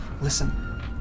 Listen